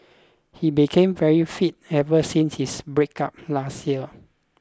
he became very fit ever since his breakup last year